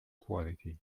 quality